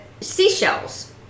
seashells